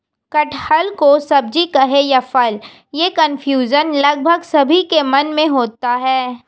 कटहल को सब्जी कहें या फल, यह कन्फ्यूजन लगभग सभी के मन में होता है